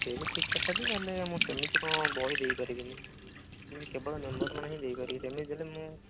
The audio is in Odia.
ସିଏ ବି ଠିକ କଥା ଯେ ହେଲେ ମୁଁ ସେମିତି କ'ଣ ବହି ଦେଇପାରିବିନି ସେମିତି କେବଳ ମେମ୍ବର୍ମାନେ ହିଁ ଦେଇପାରିବି ସେମିତି ଦେଲେ ମୁଁ